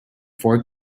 four